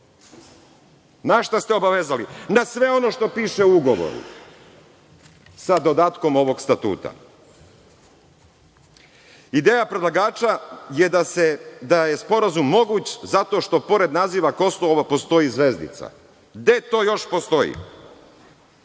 Na šta ste obavezali? Na sve ono što piše u ugovoru, sa dodatkom ovog statuta. Ideja predlagača je da je Sporazum moguć zato što pored naziva Kosovo postoji zvezdica. Gde to još postoji?